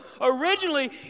originally